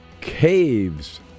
caves